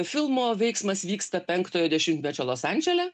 filmo veiksmas vyksta penktojo dešimtmečio los andžele